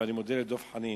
ואני מודה לדב חנין,